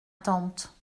tante